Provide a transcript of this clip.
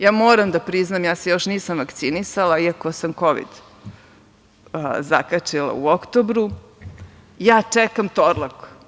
Ja moram da priznam, ja se još nisam vakcinisala, iako sam Kovid zakačila u oktobru, ja čekam Torlak.